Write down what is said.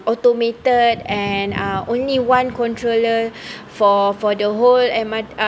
automated and uh only one controller for for the whole M_R~